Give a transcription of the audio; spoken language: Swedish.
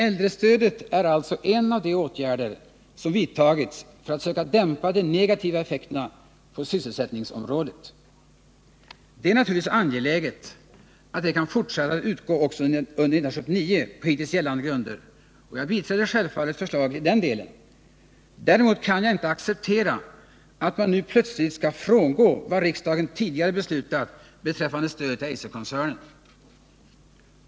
Äldrestödet är alltså en av de åtgärder som vidtagits för att söka dämpa de negativa effekterna på sysselsättningsområdet. Det är naturligtvis angeläget att det kan fortsätta att utgå också under 1979 på hittills gällande grunder, och jag biträder självfallet förslaget i den delen. Däremot kan jag inte acceptera, att man nu plötsligt skall frångå vad riksdagen tidigare beslutat beträffande stödet till Eiserkoncernen.